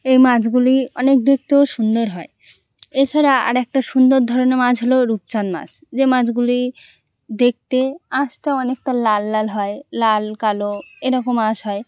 এই মাছগুলি অনেক দেখতেও সুন্দর হয় এছাড়া আর একটা সুন্দর ধরনের মাছ হলো রূপচাঁদ মাছ যে মাছগুলি দেখতে আঁশটা অনেকটা লাল লাল হয় লাল কালো এরকম আঁশ হয়